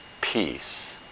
peace